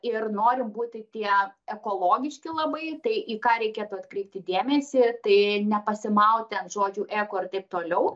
ir norim būti tie ekologiški labai tai į ką reikėtų atkreipti dėmesį tai nepasimauti ant žodžių eko ir taip toliau